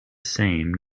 same